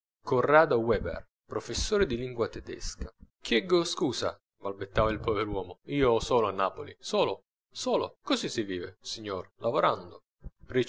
corrado weber professore di lingua tedesca chieggo scusa balbettava il poveruomo io solo a napoli solo solo così si vive signor lavorando